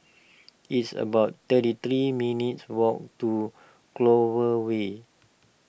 it's about thirty three minutes' walk to Clover Way